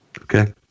okay